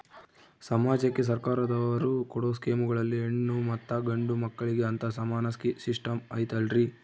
ಸಮಾಜಕ್ಕೆ ಸರ್ಕಾರದವರು ಕೊಡೊ ಸ್ಕೇಮುಗಳಲ್ಲಿ ಹೆಣ್ಣು ಮತ್ತಾ ಗಂಡು ಮಕ್ಕಳಿಗೆ ಅಂತಾ ಸಮಾನ ಸಿಸ್ಟಮ್ ಐತಲ್ರಿ?